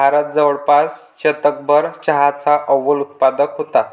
भारत जवळपास शतकभर चहाचा अव्वल उत्पादक होता